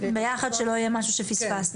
ביחד, שלא יהיה משהו שפספסנו.